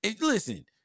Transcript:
Listen